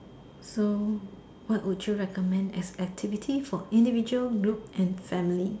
so what would you recommend as activity for individual group and family